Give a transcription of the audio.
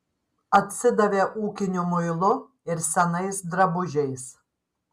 atsidavė ūkiniu muilu ir senais drabužiais